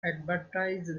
advertise